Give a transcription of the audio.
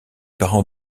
parents